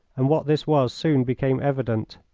and what this was soon became evident.